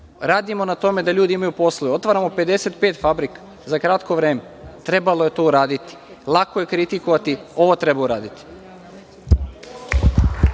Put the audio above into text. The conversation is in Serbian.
Radimo na tome da ljudi imaju posao. Otvaramo 55 fabrika za kratko vreme. Trebalo je to uraditi. Lako je kritikovati. Ovo treba uraditi.(Boško